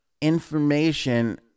information